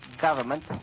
government